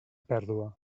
pèrdua